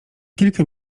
kilka